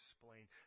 explain